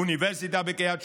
אוניברסיטה בקריית שמונה,